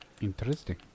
Interesting